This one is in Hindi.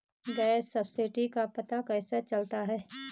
गैस सब्सिडी का पता कैसे चलता है?